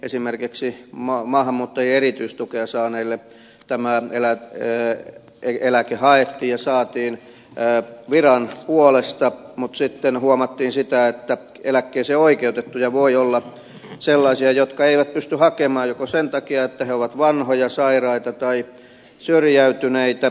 esimerkiksi maahanmuuttajien erityistukea saaneille tämä eläke haettiin ja saatiin viran puolesta mutta sitten huomattiin että eläkkeeseen oikeutettuja voi olla sellaisia jotka eivät pysty hakemaan sen takia että he ovat vanhoja sairaita tai syrjäytyneitä